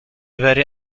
very